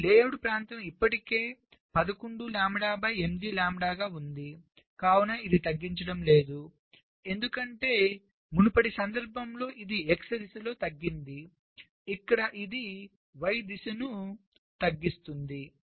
మీ layout ప్రాంతం ఇప్పటికీ 11 lambda by 8 lambda గా ఉందికావున ఇది తగ్గించడం లేదు ఎందుకంటే మునుపటి సందర్భంలో ఇది x దిశలో తగ్గింది ఇక్కడ ఇది y దిశను తగ్గిస్తుంది